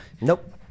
Nope